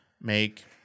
make